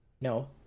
No